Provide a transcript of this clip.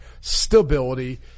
stability